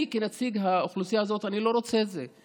אני, כנציג האוכלוסייה הזאת, לא רוצה את זה.